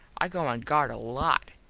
i go on guard a lot.